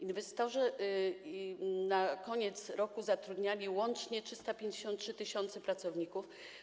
Inwestorzy na koniec roku zatrudniali łącznie 353 tys. pracowników.